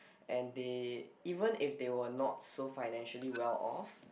and they even if they were not so financially well off